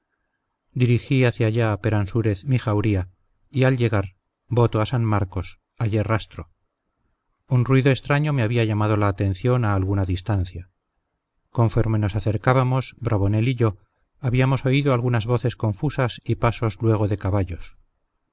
dirigí hacia allá peransúrez mi jauría y al llegar voto a san marcos hallé rastro un ruido extraño me había llamado la atención a alguna distancia conforme nos acercábamos bravonel y yo habíamos oído algunas voces confusas y pasos luego de caballos